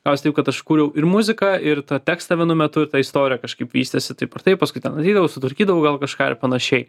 gavosi taip kad aš kūriau ir muziką ir tą tekstą vienu metu ir ta istorija kažkaip vystėsi taip ar taip paskui ten ateidavau sutvarkydavau gal kažką ir panašiai